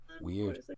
Weird